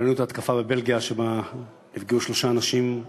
ראינו את ההתקפה בבלגיה שבה נפגעו שלושה אנשים,